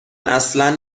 اصلا